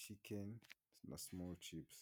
cikeni na simoru cipusi.